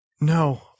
No